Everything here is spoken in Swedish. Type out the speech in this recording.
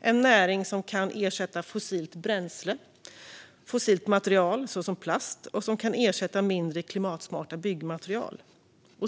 Det är en näring som kan ersätta fossilt bränsle och fossilt material såsom plast och som kan ersätta mindre klimatsmarta byggmaterial.